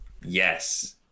yes